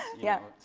yeah,